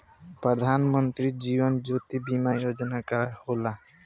प्रधानमंत्री जीवन ज्योति बीमा योजना का होला?